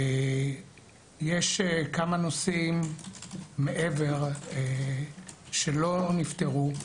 יש כמה נושאים מעבר שלא נפתרו,